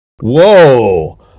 whoa